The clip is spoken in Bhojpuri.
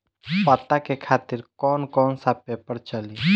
पता के खातिर कौन कौन सा पेपर चली?